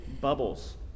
bubbles